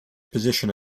position